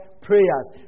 prayers